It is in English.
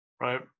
right